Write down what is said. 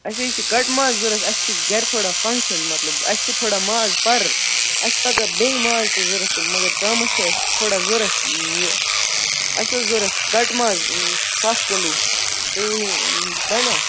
اَسہِ حظ چھِ کَٹہٕ ماز ضوٚرَتھ اَسہِ چھِ گَرِ تھوڑا فنٛگشَن مطلب اَسہِ پیوٚ تھوڑا ماز پَرٕ اَسہِ چھِ پگاہ بیٚیہِ ماز تہِ ضوٚرَتھ تہٕ مگر تامَتھ چھِ اَسہِ تھوڑا ضوٚرَتھ یہِ اَسہِ اوس ضوٚرَتھ کَٹہٕ ماز سَتھ کِلوٗ تُہۍ ؤنِو بنیٛاہ